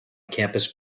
campus